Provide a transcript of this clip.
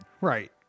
right